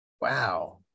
Wow